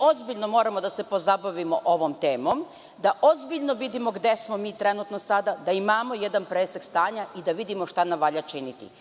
Ozbiljno moramo da se pozabavimo ovom temom, da ozbiljno vidimo gde smo mi trenutno sada, da imamo jedan presek stanja i da vidimo šta nam valja činiti.